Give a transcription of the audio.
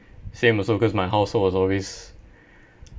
same also cause my household was always